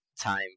time